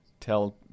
Tell